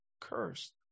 Cursed